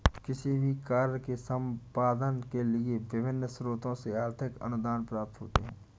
किसी भी कार्य के संपादन के लिए विभिन्न स्रोतों से आर्थिक अनुदान प्राप्त होते हैं